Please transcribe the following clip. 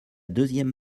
deuxième